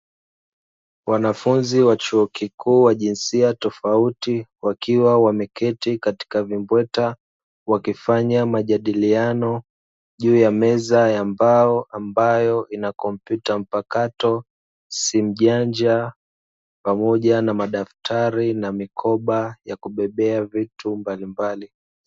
Wanafunzi wa chuo kikuu wa jinsia tofauti wakiwa wameketi katika vimbweta wakifanya majadiliano juu ya meza ya mbao, ambayo ina kompyuta mpakato, simu janja pamoja na madaftari na mikoba ya kubebea vitu mbalimbali.